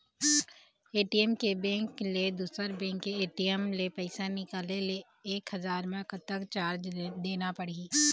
ATM के bank ले दुसर बैंक के ए.टी.एम ले पैसा निकाले ले एक हजार मा कतक चार्ज देना पड़ही?